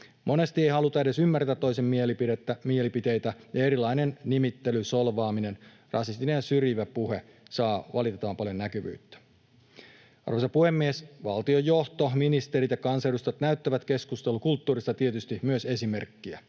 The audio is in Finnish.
Monesti ei haluta edes ymmärtää toisen mielipiteitä, ja erilainen nimittely, solvaaminen ja rasistinen ja syrjivä puhe saavat valitettavan paljon näkyvyyttä. Arvoisa puhemies! Valtion johto, ministerit ja kansanedustajat näyttävät keskustelukulttuurista tietysti myös esimerkkiä,